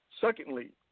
Secondly